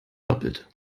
doppelt